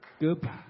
goodbye